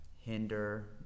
hinder